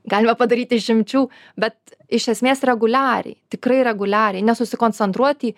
galima padaryti išimčių bet iš esmės reguliariai tikrai reguliariai nesusikoncentruot į